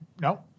No